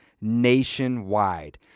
nationwide